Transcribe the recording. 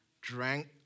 drank